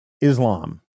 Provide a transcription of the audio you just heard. Islam